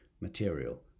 material